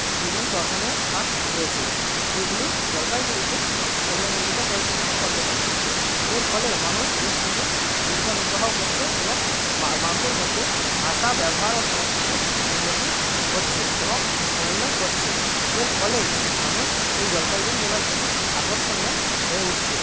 বিভিন্ন দর্শনীয় স্থান রয়েছে এগুলি জলপাইগুড়িকে সাফল্যমণ্ডিত করে তুলেছে পর্যাটন শিল্পে এর ফলে মানুষ বেশ কিছু জীবিকা নির্বাহও করছে এবং মানুষের মধ্যে ভাষা ব্যবহার ও সংস্কৃতির উন্নতি ঘটছে এবং সমন্বয় ঘটছে এর ফলেই মানুষ এই জলপাইগুড়ি জেলার প্রতি আকর্ষণীয় হয়ে উঠছে